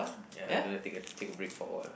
ya we gonna take a take a break for a while